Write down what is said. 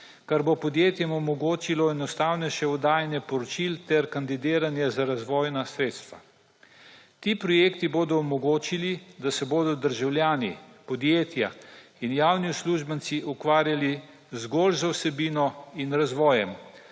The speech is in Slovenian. kar bo podjetjem omogočilo enostavnejše oddajanje poročil ter kandidiranje za razvojna sredstva. Ti projekti bodo omogočili, da se bodo državljani, podjetja in javni uslužbenci ukvarjali zgolj z vsebino in razvojem,